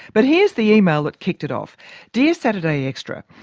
but here's the email that kicked it off dear saturday extra,